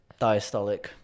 Diastolic